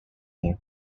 near